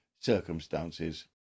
circumstances